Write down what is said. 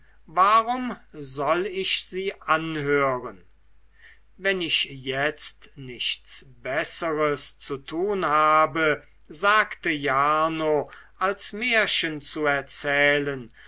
warum soll ich sie anhören wenn ich jetzt nichts besseres zu tun habe sagte jarno als märchen zu erzählen